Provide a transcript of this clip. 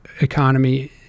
economy